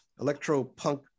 electro-punk